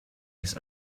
his